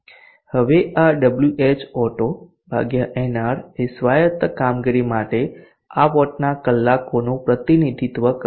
હવે આ Whauto ભાગ્યા nr એ સ્વાયત્ત કામગીરી માટે આ વોટના કલાકોનું પ્રતિનિધિત્વ કરે છે